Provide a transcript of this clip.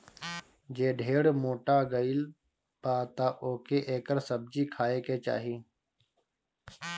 जे ढेर मोटा गइल बा तअ ओके एकर सब्जी खाए के चाही